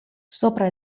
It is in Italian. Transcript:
sopra